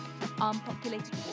unpopulated